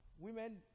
Women